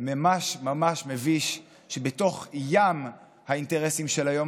ממש ממש מביש שבתוך ים האינטרסים של היום